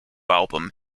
album